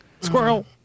Squirrel